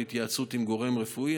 בהתייעצות עם גורם רפואי.